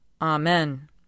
Amen